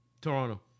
Toronto